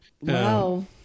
wow